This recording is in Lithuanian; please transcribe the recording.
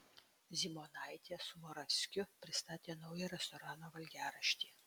zymonaitė su moravskiu pristatė naują restorano valgiaraštį